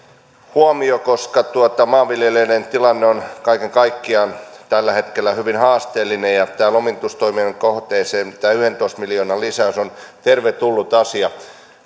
huomio koska maanviljelijöiden tilanne on kaiken kaikkiaan tällä hetkellä hyvin haasteellinen ja tämän lomitustoiminnan kohteeseen tämä yhdentoista miljoonan lisäys on tervetullut asia